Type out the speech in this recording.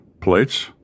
Plates